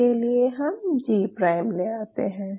इसके लिए हम जी प्राइम ले आते हैं